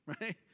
right